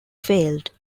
failed